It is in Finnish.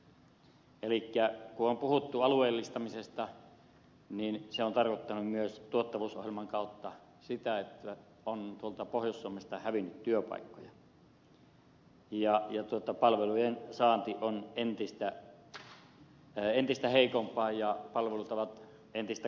elikkä kun on puhuttu alueellistamisesta niin se on tarkoittanut myös tuottavuusohjelman kautta sitä että on tuolta pohjois suomesta hävinnyt työpaikkoja ja palvelujen saanti on entistä heikompaa ja palvelut ovat entistä kauempana